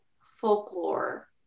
folklore